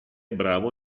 bravo